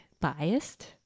biased